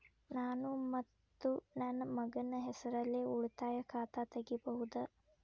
ನಾನು ಮತ್ತು ನನ್ನ ಮಗನ ಹೆಸರಲ್ಲೇ ಉಳಿತಾಯ ಖಾತ ತೆಗಿಬಹುದ?